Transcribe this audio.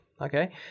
okay